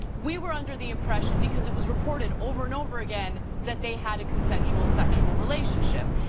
we were under the impression, because it was reported over and over again, that they had a consensual sexual relationship.